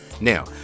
Now